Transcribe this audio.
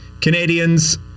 Canadians